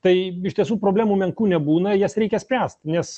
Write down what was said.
tai iš tiesų problemų menkų nebūna jas reikia spręst nes